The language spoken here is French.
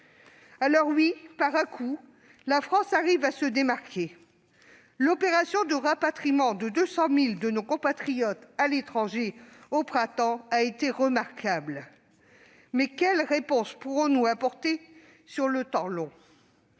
Certes, par à-coups, la France arrive à se démarquer. L'opération de rapatriement de 200 000 de nos compatriotes à l'étranger au printemps a ainsi été remarquable. Quelle réponse pourrons-nous cependant apporter sur le long